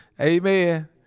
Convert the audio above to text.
Amen